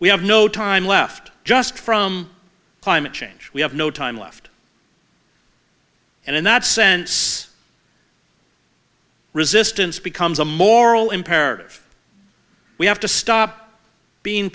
we have no time left just from climate change we have no time left and in that sense resistance becomes a moral imperative we have to stop being